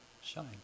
shine